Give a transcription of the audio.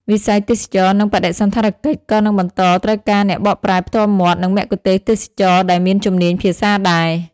វិស័យទេសចរណ៍ និងបដិសណ្ឋារកិច្ច ក៏នឹងបន្តត្រូវការអ្នកបកប្រែផ្ទាល់មាត់ និងមគ្គុទ្ទេសក៍ទេសចរណ៍ដែលមានជំនាញភាសាដែរ។